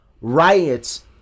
riots